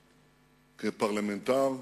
כפרלמנטר,